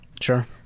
Sure